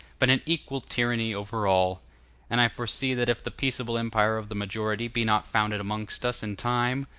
but an equal tyranny over all and i foresee that if the peaceable empire of the majority be not founded amongst us in time,